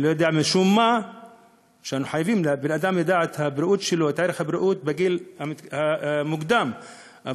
שאדם ידע את ערך הבריאות שלו בגיל מוקדם,